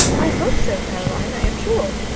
i hope so, caroline, i am sure.